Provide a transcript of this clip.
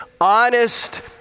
honest